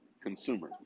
consumer